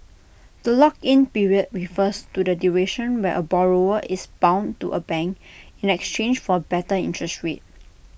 the lock in period refers to the duration where A borrower is bound to A bank in exchange for better interest rates